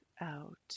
out